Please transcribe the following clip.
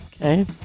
Okay